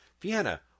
Vienna